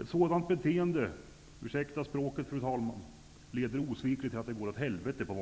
Ett sådant beteende -- ursäkta språket fru talman -- leder osvikligt till att det går åt helvete.